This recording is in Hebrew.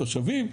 תושבים.